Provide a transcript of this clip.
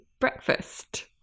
breakfast